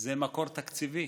זה מקור תקציבי,